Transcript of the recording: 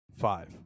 Five